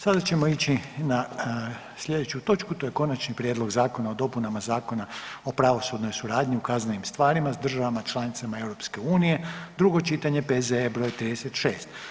Sada ćemo ići na slijedeću točku, to je: - Konačni prijedlog zakona o dopunama Zakona o pravosudnoj suradnji u kaznenim stvarima s državama članicama EU, drugo čitanje, P.Z.E. br. 36.